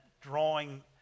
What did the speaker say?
drawing